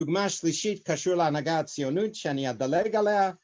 ‫הדוגמה השלישית קשורה להנהגה הציונות ‫שאני אדלג עליה.